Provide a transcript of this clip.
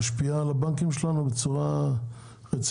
משפיעה על הבנקים שלנו בצורה רצינית?